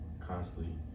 constantly